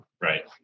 Right